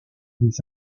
des